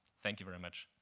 thank you very much.